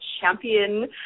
champion